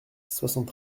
soixante